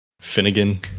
finnegan